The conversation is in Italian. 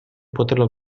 poterlo